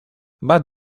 but